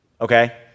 Okay